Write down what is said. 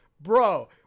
bro